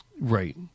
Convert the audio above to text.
Right